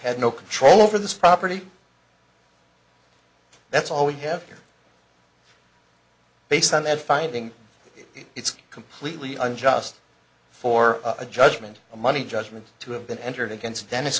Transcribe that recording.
had no control over this property that's all we have here based on that finding it's completely unjust for a judgment a money judgment to have been entered against dennis